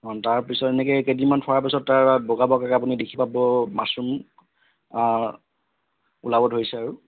অঁ তাৰপিছত এনেকৈ কেইদিনমান থোৱাৰ পিছত তাত বগা বগা আপুনি দেখি পাব মাশ্বৰুম ওলাব ধৰিছে আৰু